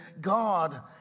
God